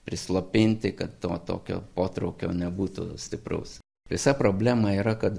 prislopinti kad to tokio potraukio nebūtų stipraus visa problema yra kad